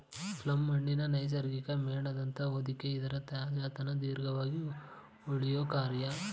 plum ಹಣ್ಣಿನ ನೈಸರ್ಗಿಕ ಮೇಣದಂಥ ಹೊದಿಕೆ ಇದರ ತಾಜಾತನ ದೀರ್ಘವಾಗಿ ಉಳ್ಯೋಕೆ ಕಾರ್ಣ